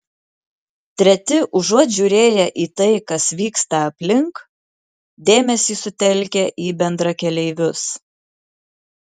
treti užuot žiūrėję į tai kas vyksta aplink dėmesį sutelkia į bendrakeleivius